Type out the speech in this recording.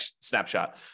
snapshot